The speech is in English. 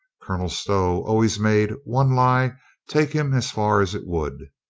colonel stow always made one lie take him as far as it would.